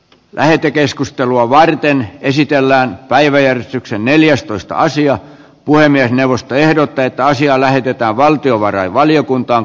lähetekeskustelua varten esitellään päiväjärjestyksen neljästoista sija puhemiesneuvosto ehdottaa että asia lähetetään valtiovarainvaliokuntaan